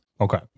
okay